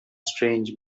strange